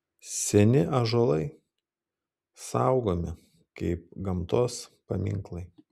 seni ąžuolai saugomi kaip gamtos paminklai